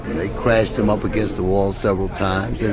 they crashed him up against the wall several times, yeah